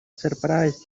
surprised